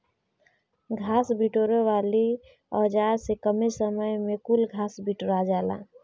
घास बिटोरे वाली औज़ार से कमे समय में कुल घास बिटूरा जाला